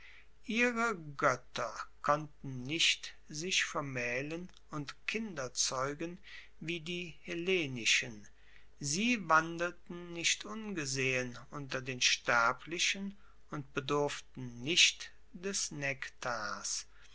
ihre goetter konnten nicht sich vermaehlen und kinder zeugen wie die hellenischen sie wandelten nicht ungesehen unter den sterblichen und bedurften nicht des nektars